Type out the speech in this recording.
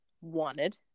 wanted